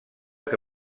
que